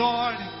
Lord